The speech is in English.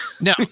No